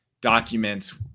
documents